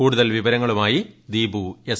കൂടുതൽ വിവരങ്ങളുമായി ദീപു എസ്